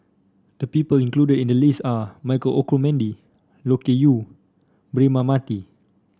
the people included in the list are Michael Olcomendy Loke Yew Braema Mathi